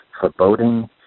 foreboding